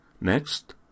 Next